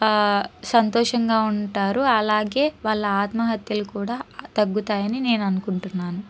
సంతోషంగా ఉంటారు అలాగే వాళ్ళ ఆత్మహత్యలు కూడా తగ్గుతాయని నేను అకుంటున్నాను